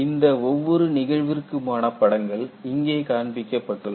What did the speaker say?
இந்த ஒவ்வொரு நிகழ்விற்குமான படங்கள் இங்கே காண்பிக்க பட்டுள்ளன